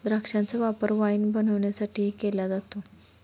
द्राक्षांचा वापर वाईन बनवण्यासाठीही केला जातो